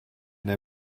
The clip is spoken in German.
der